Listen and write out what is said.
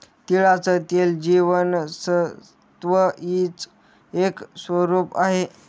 तिळाचं तेल जीवनसत्व ई च एक स्वरूप आहे